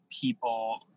people